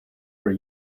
were